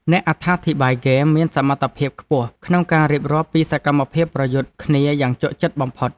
អ្នកអត្ថាធិប្បាយហ្គេមមានសមត្ថភាពខ្ពស់ក្នុងការរៀបរាប់ពីសកម្មភាពប្រយុទ្ធគ្នាយ៉ាងជក់ចិត្តបំផុត។